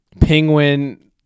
penguin